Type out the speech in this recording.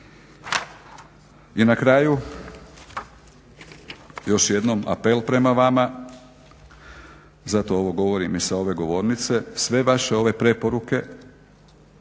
I na kraju još jednom apel prema vama, zato ovo govorim i sa ove govornice, sve vaše ove preporuke